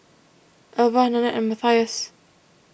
Alvah Nanette and Mathias